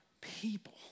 people